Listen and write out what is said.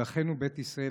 אל אחינו בית ישראל,